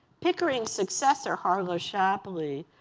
pickering's successor, harlow shapley,